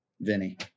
Vinny